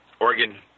Oregon